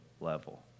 level